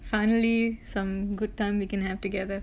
finally some good time we can have together